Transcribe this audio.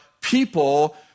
people